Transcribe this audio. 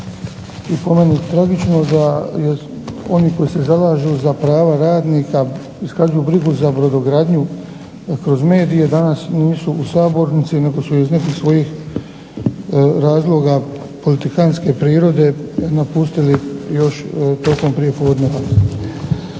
i po meni tragično da oni koji se zalažu za prava radnika iskazuju brigu za brodogradnju kroz medije, danas nisu u sabornici nego su iz nekih svojih razloga politikantske prirode napustili još tokom prijepodneva.